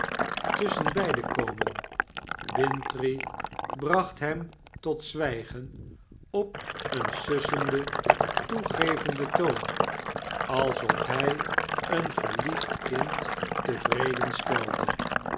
tusschenbeiden komen bintrey bracht hem tot zwijgen op een sussenden toegevenden toon alsof hij een geliefd kind tevreden stelde